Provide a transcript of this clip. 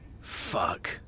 Fuck